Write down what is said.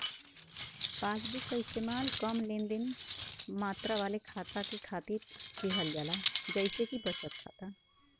passbook क इस्तेमाल कम लेनदेन मात्रा वाले खाता के खातिर किहल जाला जइसे कि बचत खाता